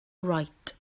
right